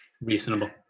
Reasonable